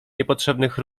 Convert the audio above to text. niepotrzebnych